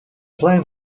plan